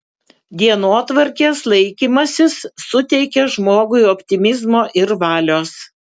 dienotvarkės laikymasis suteikia žmogui optimizmo ir valios